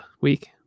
week